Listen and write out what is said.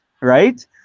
right